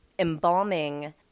embalming